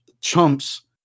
chumps